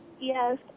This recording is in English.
Yes